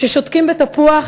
כששותקים בתפוח